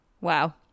Wow